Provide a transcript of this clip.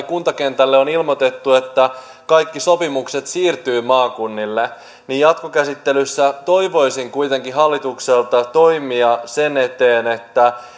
kuntakentälle on ilmoitettu että kaikki sopimukset siirtyvät maakunnille jatkokäsittelyssä toivoisin kuitenkin hallitukselta toimia sen eteen että